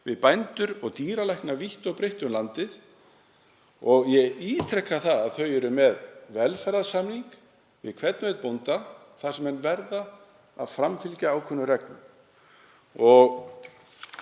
við bændur og dýralækna vítt og breitt um landið. Ég ítreka að þau eru með velferðarsamning við hvern og einn bónda þar sem menn verða að framfylgja ákveðnum